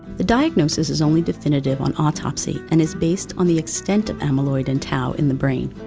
the diagnosis is only definitive on autopsy and is based on the extent of amyloid and tau in the brain.